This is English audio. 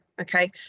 okay